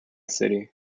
city